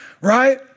right